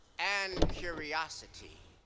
and curiosity